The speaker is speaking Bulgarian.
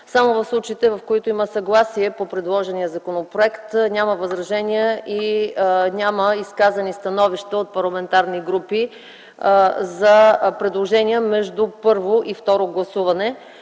само в случаите, в които има съгласие по предложения законопроект, няма възражения и няма изказани становища от парламентарни групи за предложения между първо и второ гласуване.